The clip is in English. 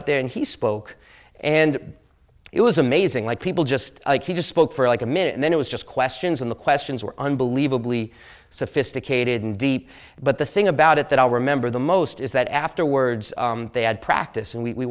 up there and he spoke and it was amazing like people just like he just spoke for like a minute and then it was just questions and the questions were unbelievably sophisticated and deep but the thing about it that i'll remember the most is that afterwards they had practice and we w